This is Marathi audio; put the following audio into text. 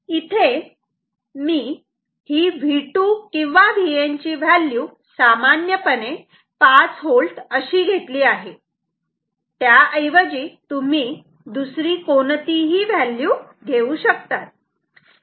इथे मी ही V2 किंवा Vn ची व्हॅल्यू सामान्य पणे 5V अशी घेतली आहे त्या ऐवजी तुम्ही दुसरी कोणतीही व्हॅल्यू घेऊ शकतात